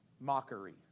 mockery